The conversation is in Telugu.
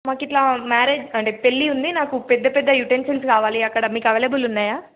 మాకుఇట్లా మ్యారేజ్ అంటే పెళ్లి ఉంది నాకు పెద్ద పెద్ద యూటెసిల్స్ కావాలి అక్కడ మీకు అవైలబుల్ ఉన్నాయా